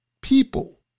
people